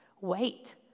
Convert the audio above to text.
Wait